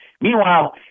Meanwhile